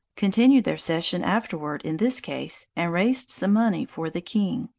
continued their session afterward in this case, and raised some money for the king.